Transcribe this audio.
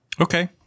Okay